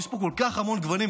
יש פה כל כך הרבה גוונים,